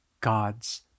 God's